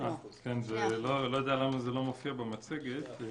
אני לא יודע למה זה לא מופיע במצגת.